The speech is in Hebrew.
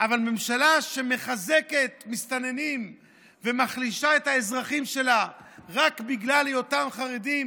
אבל ממשלה שמחזקת מסתננים ומחלישה את האזרחים שלה רק בגלל היותם חרדים,